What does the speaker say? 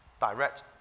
direct